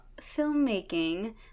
filmmaking